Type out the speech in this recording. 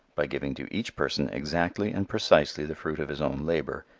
by giving to each person exactly and precisely the fruit of his own labor,